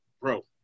bro